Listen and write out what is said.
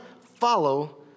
follow